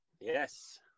Yes